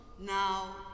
now